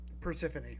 Persephone